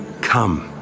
come